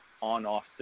on-off